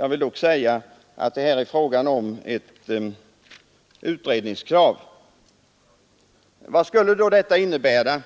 "ag vill dock säga att det är fråga om ett utredningskrav. Vad skulle då detta innebära,